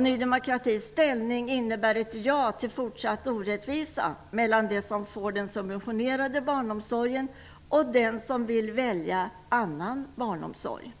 Ny demokratis ställning innebär ett ja till fortsatt orättvisa mellan de som får den suventionerade barnomsorgen och de som vill välja annan barnomsorg.